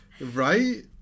Right